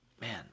man